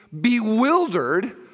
bewildered